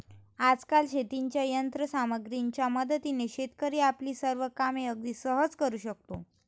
आजकाल शेतीच्या यंत्र सामग्रीच्या मदतीने शेतकरी आपली सर्व कामे अगदी सहज करू शकतो